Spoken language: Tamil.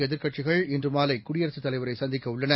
எதிர்க்கட்சிகள் இன்றுமாலைகுடியரசுத்தலைவரைசந்திக்கஉள்ளன